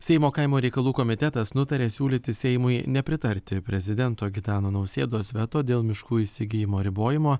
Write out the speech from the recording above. seimo kaimo reikalų komitetas nutarė siūlyti seimui nepritarti prezidento gitano nausėdos veto dėl miškų įsigijimo ribojimo